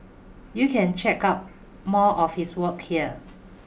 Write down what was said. you can check out more of his work here